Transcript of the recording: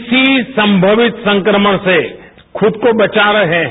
किसी संभावित संक्रमण से खुद को बचा रहे हैं